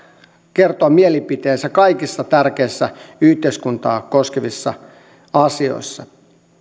kertoa mielipiteensä kaikissa tärkeissä yhteiskuntaa koskevissa asioissa